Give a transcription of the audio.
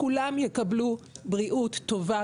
כולם יקבלו בריאות טובה,